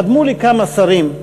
קדמו לי כמה שרים.